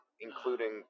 including